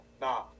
nah